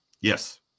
Yes